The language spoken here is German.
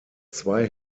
zwei